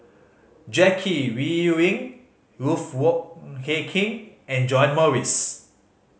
Jackie Yi Ru Ying Ruth Wong Hie King and John Morrice